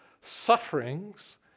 sufferings